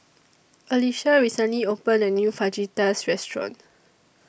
Alicia recently opened A New Fajitas Restaurant